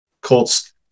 colts